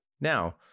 now